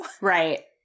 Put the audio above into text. Right